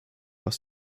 was